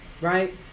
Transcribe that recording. right